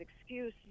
excuse